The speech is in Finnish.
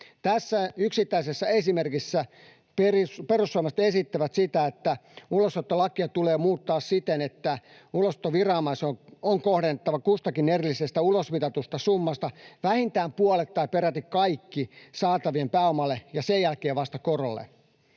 Tässä yksittäisessä esimerkissä perussuomalaiset esittävät sitä, että ulosottolakia tulee muuttaa siten, että ulosottoviranomaisen on kohdennettava kustakin erillisestä ulosmitatusta summasta vähintään puolet tai peräti kaikki saatavien pääomalle ja sen jälkeen vasta korolle.